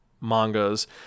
mangas